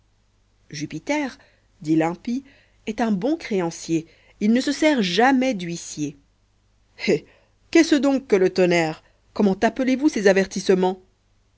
dit l'impie est un bon créancier il ne se sert jamais d'huissier eh qu'est-ce donc que le tonnerre comment appelez-vous ces avertissements